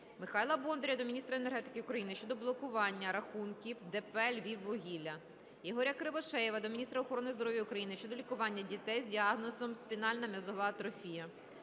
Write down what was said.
Михайла Бондаря до міністра енергетики України щодо блокування рахунків ДП "Львіввугілля". Ігоря Кривошеєва до міністра охорони здоров'я України щодо лікування дітей з діагнозом спінальна м'язова атрофія